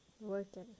working